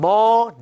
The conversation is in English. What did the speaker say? More